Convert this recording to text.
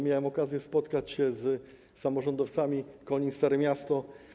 Miałem okazję spotkać się z samorządowcami z Konina, ze Starego Miasta.